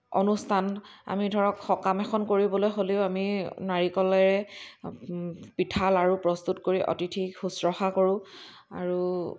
অনুষ্ঠান আমি ধৰক সকাম এখন কৰিবলৈ হ'লেও আমি নাৰিকলেৰে পিঠা লাড়ু প্ৰস্তুত কৰি অতিথিক শুশ্ৰষা কৰোঁ আৰু